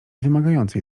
wymagającej